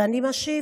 ואני משיב,